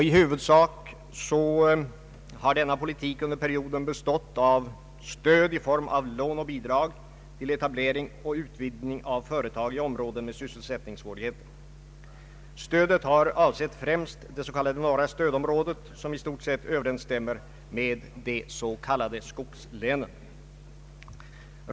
I huvudsak har denna politik under perioden bestått av stöd i form av lån och bidrag till etablering och utvidgning av företag i områden med sysselsättningssvårigheter. Stödet har främst avsett det s.k. norra stödområdet som i stort sett överensstämmer med de s.k. skogslänen.